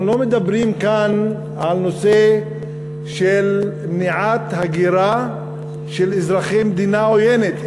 אנחנו לא מדברים כאן על נושא של מניעת הגירה של אזרחי מדינה עוינת.